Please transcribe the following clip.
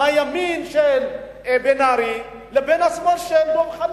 מהימין של בן-ארי ומהשמאל של דב חנין.